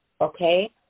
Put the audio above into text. okay